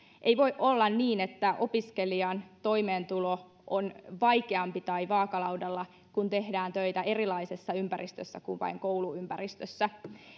ei voi olla niin että opiskelijan toimeentulo on vaikeampi tai vaakalaudalla kun tehdään töitä erilaisessa ympäristössä kuin vain kouluympäristössä